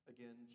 Again